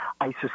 ISIS